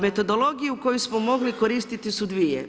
Metodologiju koju smo mogli koristiti su dvije.